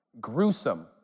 Gruesome